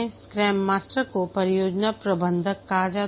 scrum master को परियोजना प्रबंधक कहा जाता है